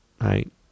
right